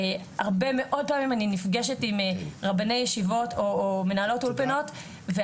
הרבה מאוד פעמים אני נפגשת עם רבני ישיבות או מנהלות אולפנות,